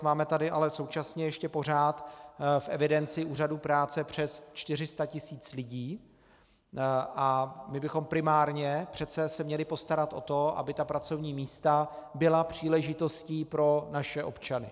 Máme tady ale současně ještě pořád v evidenci úřadů práce přes 400 tisíc lidí a my bychom se primárně přece měli postarat o to, aby ta pracovní místa byla příležitostí pro naše občany.